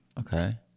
Okay